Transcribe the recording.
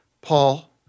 Paul